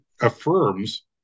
affirms